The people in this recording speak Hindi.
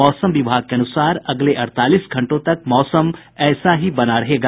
मौसम विभाग के अनुसार अगले अड़तालीस घंटों तक मौसम ऐसा ही बना रहेगा